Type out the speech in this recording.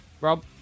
Rob